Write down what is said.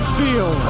feel